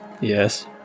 Yes